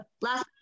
Last